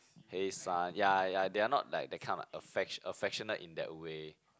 hey son ya ya they're not like they're kind of like affect~ affectionate in that way